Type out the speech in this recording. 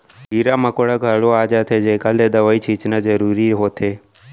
कीरा मकोड़ा घलौ आ जाथें जेकर ले दवई छींचना जरूरी होथे